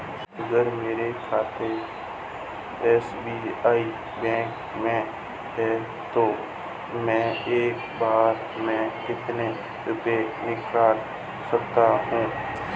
अगर मेरा खाता एस.बी.आई बैंक में है तो मैं एक बार में कितने रुपए निकाल सकता हूँ?